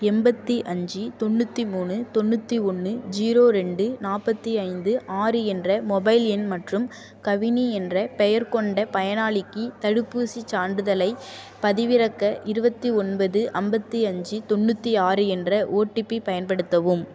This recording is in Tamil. எண்பத்தி அஞ்சு தொண்ணூற்றி மூணு தொண்ணூற்றி ஒன்று ஜீரோ ரெண்டு நாற்பத்தி ஐந்து ஆறு என்ற மொபைல் எண் மற்றும் கவினி என்ற பெயர் கொண்ட பயனாளிக்கு தடுப்பூசிச் சான்றிதழை பதிவிறக்க இருபத்தி ஒன்பது ஐம்பத்தி அஞ்சு தொண்ணூற்றி ஆறு என்ற ஓடிபி பயன்படுத்தவும்